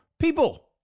People